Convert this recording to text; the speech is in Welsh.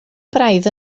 braidd